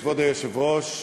כבוד היושב-ראש,